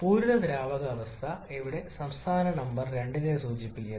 പൂരിത ദ്രാവകാവസ്ഥ ഇവിടെ സംസ്ഥാന നമ്പർ 2 നെ സൂചിപ്പിക്കുന്നു